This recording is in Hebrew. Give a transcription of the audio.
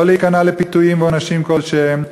לא להיכנע לפיתויים ועונשים כלשהם,